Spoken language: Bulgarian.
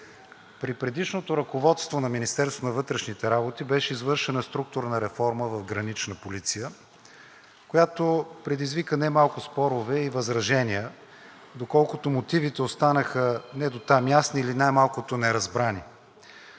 вътрешните работи беше извършена структурна реформа в Гранична полиция, която предизвика немалко спорове и възражения, доколкото мотивите останаха недотам ясни или най-малкото – неразбрани.